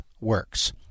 works